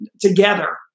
together